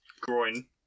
groin